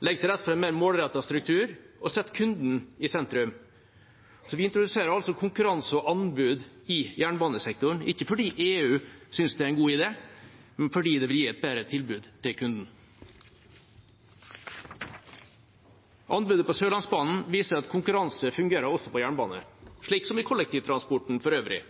til rette for en mer målrettet struktur og setter kunden i sentrum. Vi introduserer altså ikke konkurranse og anbud i jernbanesektoren fordi EU synes det er en god idé, men fordi det vil gi et bedre tilbud til kunden. Anbudet på Sørlandsbanen viser at konkurranse fungerer også på jernbane, slik som i kollektivtransporten for øvrig.